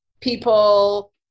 people